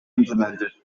implemented